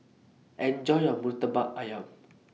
Enjoy your Murtabak Ayam